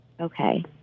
Okay